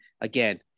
again